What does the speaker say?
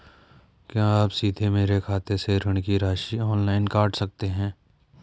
क्या आप सीधे मेरे खाते से ऋण की राशि ऑनलाइन काट सकते हैं?